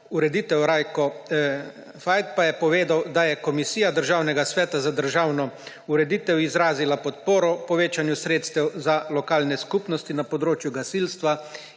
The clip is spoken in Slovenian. ureditev Rajko Fajt pa je povedal, da je Komisija Državnega sveta za državno ureditev izrazila podporo povečanju sredstev za lokalne skupnosti na področju gasilstva